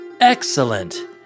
Excellent